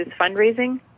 fundraising